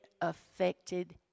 affected